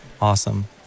awesome